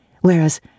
whereas